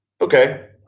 okay